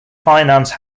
finance